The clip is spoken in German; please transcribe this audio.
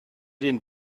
den